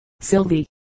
Sylvie